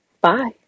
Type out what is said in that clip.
Bye